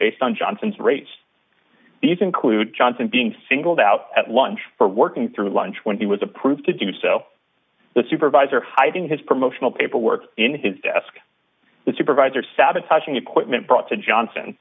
based on johnson's rates these include johnson being singled out at lunch for working through lunch when he was approved to do so the supervisor hiding his promotional paperwork in his desk the supervisor sabotaging equipment brought to johnson